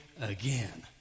again